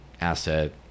asset